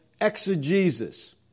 exegesis